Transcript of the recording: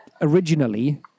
originally